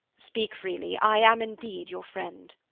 speak freely. i am indeed your friend.